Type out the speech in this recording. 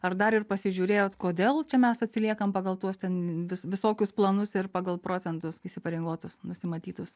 ar dar ir pasižiūrėjot kodėl čia mes atsiliekam pagal tuos ten vis visokius planus ir pagal procentus įsipareigotus nusimatytus